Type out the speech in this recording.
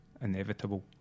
inevitable